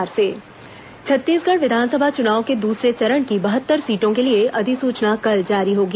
विस चुनाव अधिसूचना छत्तीसगढ विधानसभा चुनाव के दूसरे चरण की बहत्तर सीटों के लिए अधिसूचना कल जारी होगी